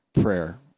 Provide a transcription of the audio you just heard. prayer